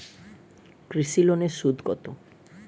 কৃষি লোনের সুদ কত?